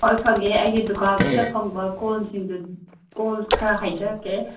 offer ꯐꯪꯉꯦ ꯑꯩꯒꯤ ꯗꯨꯀꯥꯟꯁꯤꯗ ꯐꯪꯕ ꯀꯣꯟꯁꯤꯡꯗꯨ ꯀꯣꯟ ꯈꯔ ꯍꯥꯏꯖꯔꯛꯀꯦ